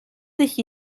sich